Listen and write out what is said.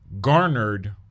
Garnered